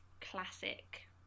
classic